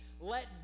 let